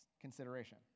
consideration